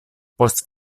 post